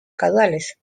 caudales